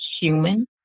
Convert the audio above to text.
human